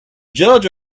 judge